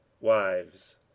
wives